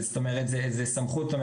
רב מקומי זה סמכות,